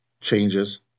changes